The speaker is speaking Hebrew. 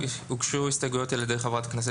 הוגשו הסתייגויות על ידי חברת הכנסת